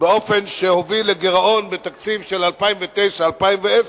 באופן שהוביל לגירעון בתקציב של 2009 2010,